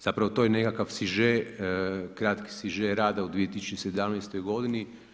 Zapravo to je nekakav siže, kratki siže rada u 2017. godini.